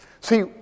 See